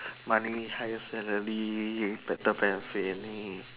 money higher salary better benefit